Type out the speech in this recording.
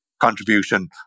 contribution